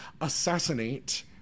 assassinate